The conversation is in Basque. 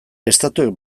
estatuek